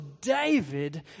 David